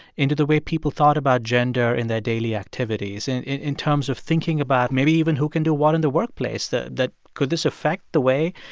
into the way people thought about gender in their daily activities, and in in terms of thinking about maybe even who can do what in the workplace that could this affect the way,